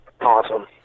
awesome